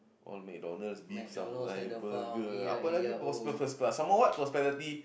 all MacDonald's beef samurai burger apa lagi some more what prosperity